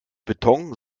beton